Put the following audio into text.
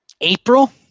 April